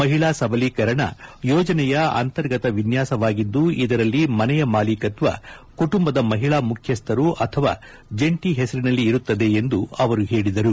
ಮಹಿಳಾ ಸಬಲೀಕರಣ ಯೋಜನೆಯ ಅಂತರ್ಗತ ವಿನ್ನಾಸವಾಗಿದ್ದು ಇದರಲ್ಲಿ ಮನೆಯ ಮಾಲೀಕತ್ವ ಕುಟುಂಬದ ಮಹಿಳಾ ಮುಖ್ಯಸ್ಥರು ಅಥವಾ ಜಂಟಿ ಹೆಸರಿನಲ್ಲಿ ಇರುತ್ತದೆ ಎಂದು ಅವರು ಹೇಳಿದರು